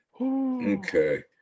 Okay